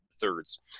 Thirds